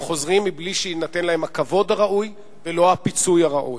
הם חוזרים מבלי שיינתן להם הכבוד הראוי ולא הפיצוי הראוי.